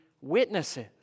witnesses